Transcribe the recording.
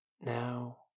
Now